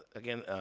again,